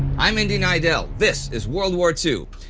i'm indy neidell this is world war two.